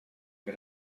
que